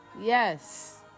Yes